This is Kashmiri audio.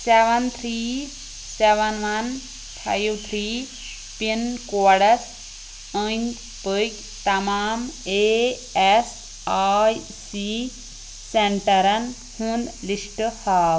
seven three seven one five three pin codes انٛدۍ پٔکۍ تمام اے اٮ۪س آے سی سیٚنٹرن ہُنٛد لسٹ ہاو